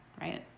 right